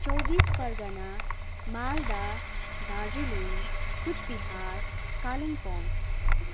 Chaubis Pargana Malda Darjeeling Cooch Behar Kalimpong